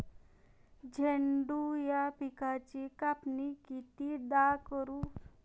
झेंडू या पिकाची कापनी कितीदा करू?